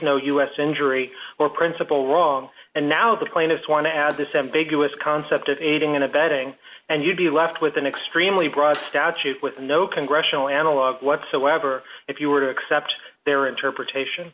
no u s injury or principle wrong and now the plaintiffs want to add this ambiguous concept of aiding and abetting and you'd be left with an extremely broad statute with no congressional analog whatsoever if you were to accept their interpretation